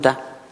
תודה.